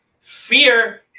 Fear